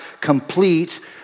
complete